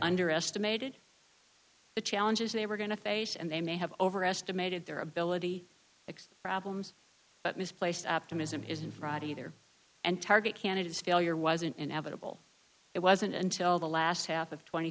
underestimated the challenges they were going to face and they may have overestimated their ability problems but misplaced optimism isn't friday there and target canada's failure wasn't inevitable it wasn't until the last half of tw